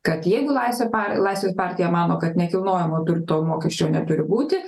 kad jeigu laisvė pa laisvės partija mano kad nekilnojamojo turto mokesčio neturi būti